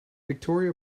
victoria